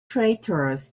traitorous